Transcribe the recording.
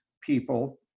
people